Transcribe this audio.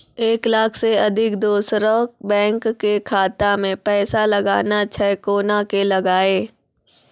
एक लाख से अधिक दोसर बैंक के खाता मे पैसा लगाना छै कोना के लगाए?